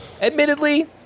Admittedly